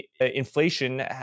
inflation